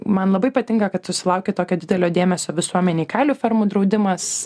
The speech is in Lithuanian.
man labai patinka kad susilaukė tokio didelio dėmesio visuomenėj kailių fermų draudimas